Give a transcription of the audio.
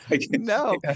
no